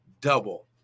double